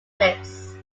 olives